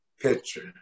picture